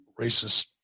racist